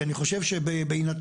כי אני חושב שבהינתן